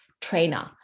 trainer